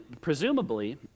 presumably